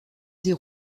des